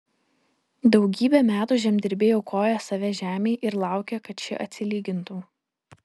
daugybę metų žemdirbiai aukoja save žemei ir laukia kad ši atsilygintų